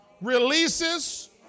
releases